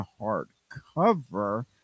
hardcover